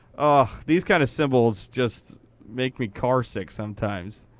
ah these kind of symbols just make me car sick sometimes.